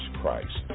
Christ